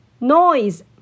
Noise